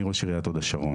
אני ראש עיריית הוד השרון,